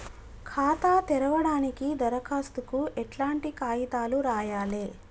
ఖాతా తెరవడానికి దరఖాస్తుకు ఎట్లాంటి కాయితాలు రాయాలే?